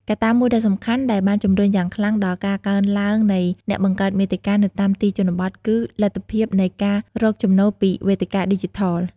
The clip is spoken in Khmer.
កត្តាមួយដ៏សំខាន់ដែលបានជំរុញយ៉ាងខ្លាំងដល់ការកើនឡើងនៃអ្នកបង្កើតមាតិកានៅតាមទីជនបទគឺ លទ្ធភាពនៃការរកចំណូលពីវេទិកាឌីជីថល។